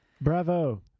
bravo